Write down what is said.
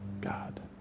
God